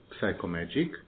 psychomagic